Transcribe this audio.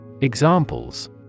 Examples